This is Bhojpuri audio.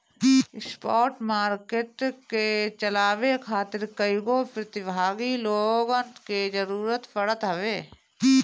स्पॉट मार्किट के चलावे खातिर कईगो प्रतिभागी लोगन के जरूतर पड़त हवे